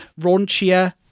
raunchier